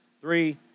three